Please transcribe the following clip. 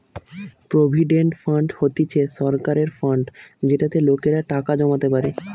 provident fund হতিছে সরকারের fund যেটাতে লোকেরা টাকা জমাতে পারে